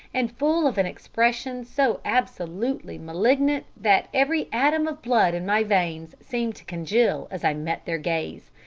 and full of an expression so absolutely malignant that every atom of blood in my veins seemed to congeal as i met their gaze.